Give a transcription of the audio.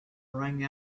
rang